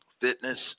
fitness